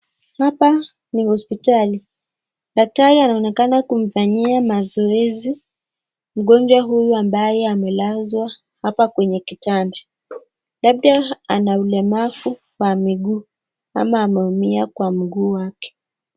Huku ni hospitali daktari anaonekana kumfanyia mazoezi mgonjwa huyu ambaye amelazwa hapa kwenye kitanda labda ana ulemavu wa miguu labda ameumia kwa mguu wake.